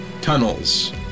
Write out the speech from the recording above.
tunnels